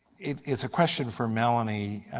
it is a question for melanie.